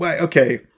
okay